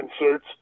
inserts